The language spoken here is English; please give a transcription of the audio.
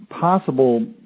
possible